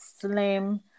slim